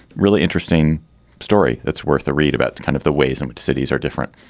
really interesting story that's worth a read about kind of the ways in which cities are different.